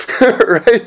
Right